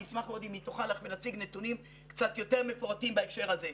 אני אשמח מאוד אם היא תוכל להציג נתונים קצת יותר מפורטים בהקשר הזה.